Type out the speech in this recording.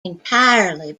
entirely